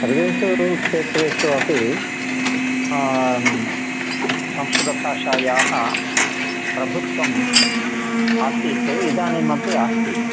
सर्वेषु क्षेत्रेषु अपि संस्कृतभाषायाः प्रभुत्वम् आसीत् इदानीमपि अस्ति